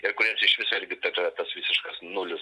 ir kuriems išvis irgi tada tas visiškas nulis